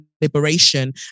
liberation